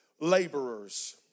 laborers